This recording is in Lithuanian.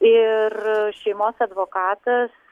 ir šeimos advokatas